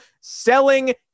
selling